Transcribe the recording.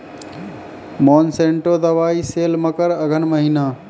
Monsanto दवाई सेल मकर अघन महीना,